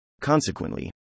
Consequently